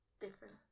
Different